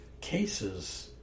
cases